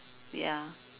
ya